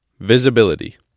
Visibility